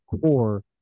core